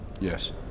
Yes